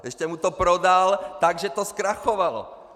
Ještě mu to prodal tak, že to zkrachovalo.